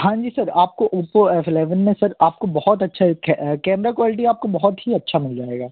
हाँ जी सर आपको ओप्पो एफ़ इलेवेन में सर आपको बहुत अच्छा कैमरा क्वालिटी आपको बहुत ही अच्छा मिल जाएगा